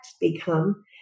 become